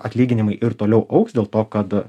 atlyginimai ir toliau augs dėl to kad